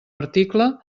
article